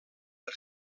per